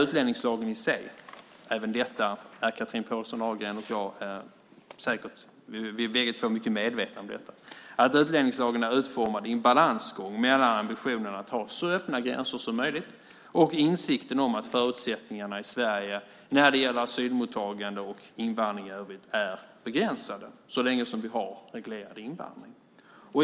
Utlänningslagen är - det är säkert både Chatrine Pålsson Ahlgren och jag överens om - utformad i en balansgång mellan ambitionen att ha så öppna gränser som möjligt och insikten om att förutsättningarna när det gäller asylmottagande och invandring i övrigt i Sverige är begränsade så länge som vi har reglerad invandring.